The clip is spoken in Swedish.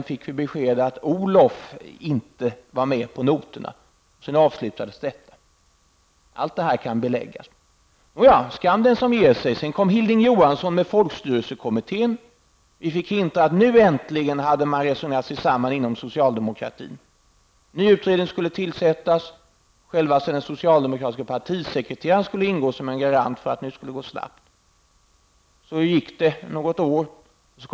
Då fick vi beskedet att Olof inte var med på noterna. Därefter avslutades diskussionerna. Allt detta kan beläggas. Men skam den som ger sig. Hilding Johansson lade fram ett förslag om en folkstyrelsekommitté. Vi fick veta att man äntligen hade resonerat sig samman inom socialdemokratin och att en nya utredning skulle tillsättas. Den socialdemokratiske partisekreteraren skulle ingå i utredningen, och det skulle vara en garant för att den arbetade snabbt.